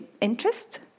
interest